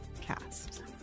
cast